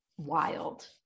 wild